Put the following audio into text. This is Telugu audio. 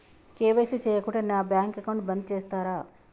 కే.వై.సీ చేయకుంటే నా బ్యాంక్ అకౌంట్ బంద్ చేస్తరా?